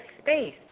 space